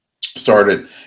started